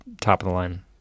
top-of-the-line